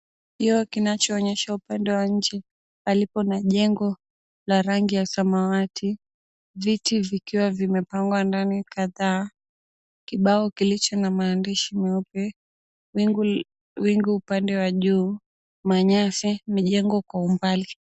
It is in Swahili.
Kioo kinachoonyesha upande wa nje palipo na jengo la rangi ya samawati, viti vikiwa vimepangwa ndani kadhaa, kibao kilicho na maandishi meupe, wingu upande wa juu, manyasi, mijengo kwa umbali.